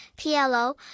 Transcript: PLO